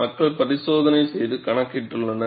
மக்கள் பரிசோதனை செய்து கணக்கிட்டுள்ளனர்